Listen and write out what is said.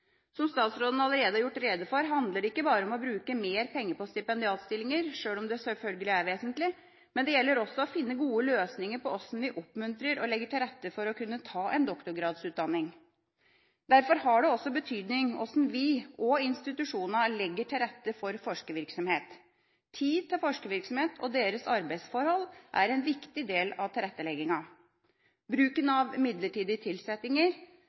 Som statsråden allerede har gjort rede for, handler det ikke bare om å bruke mer penger på stipendiatstillinger, sjøl om det sjølsagt er vesentlig, men det gjelder også å finne gode løsninger for hvordan vi oppmuntrer og legger til rette for å kunne ta en doktorgradsutdanning. Derfor har det også betydning hvordan vi og institusjonene legger til rette for forskervirksomhet. Tid til forskervirksomhet og forskernes arbeidsforhold er en viktig del av tilretteleggingen. Bruken av midlertidige tilsettinger,